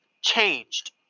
changed